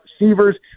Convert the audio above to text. receivers